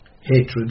Hatred